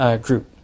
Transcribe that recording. group